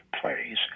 plays